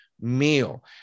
meal